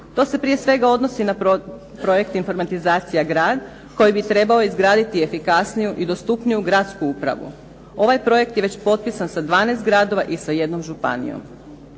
To se proje sveg odnosi na projekte "Informatizacija grad" koji bi trebao izgraditi efikasniju i dostupniju gradsku upravu. Ovaj projekt je već potpisan sa 12 gradova i sa jednom županijom.